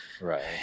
Right